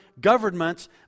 governments